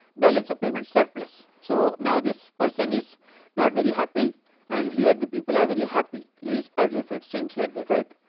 balance of payments surplus. so, now this person is not very happy and here the people are very happy as if it seems like the right.